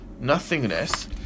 nothingness